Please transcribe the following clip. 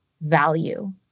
value